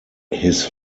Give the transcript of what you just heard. his